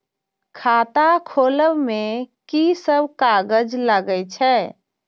खाता खोलब में की सब कागज लगे छै?